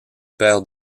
père